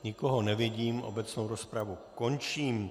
Nikoho nevidím, obecnou rozpravu končím.